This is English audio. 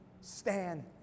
Stand